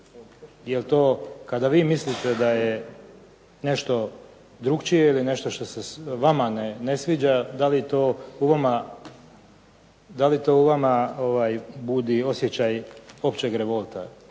Je li to kada vi mislite da je nešto drukčije ili nešto što se vama ne sviđa? Da li to u vama budi osjećaj općeg revolta?